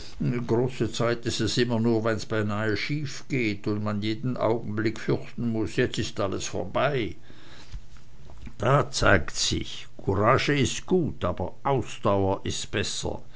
große zeit ist es immer nur wenn's beinah schiefgeht wenn man jeden augenblick fürchten muß jetzt ist alles vorbei da zeigt sich's courage ist gut aber ausdauer ist besser